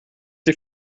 die